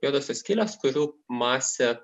juodosios skylės kurių masė